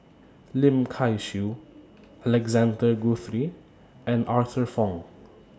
Lim Kay Siu Alexander Guthrie and Arthur Fong